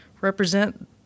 represent